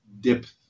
depth